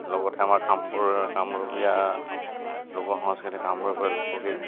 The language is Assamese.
লগতে আমাৰ কামৰূপ কামৰূপীয়া লোক সংস্কৃতিক কামৰূপীয়া লোকগীত